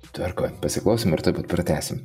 tvarkoj pasiklausom ir tuoj pat pratęsim